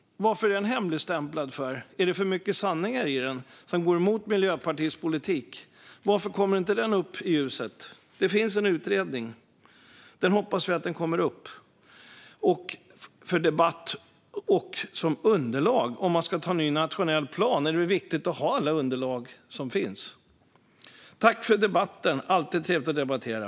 Varför är den hemligstämplad? Är det för många sanningar i den som går emot Miljöpartiets politik? Varför kommer den inte upp i ljuset? Jag hoppas att den kommer upp för debatt och som underlag. När man ska anta en ny nationell plan är det viktigt att ha alla underlag som finns. Tack för debatten! Det är alltid trevligt att debattera.